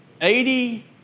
eighty